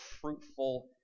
fruitful